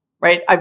Right